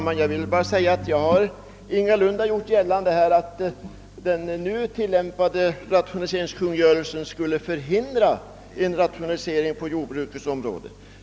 Herr talman! Jag har ingalunda gjort gällande att den nu tillämpade rationaliseringskungörelsen skulle förhindra en rationalisering på jordbrukets område.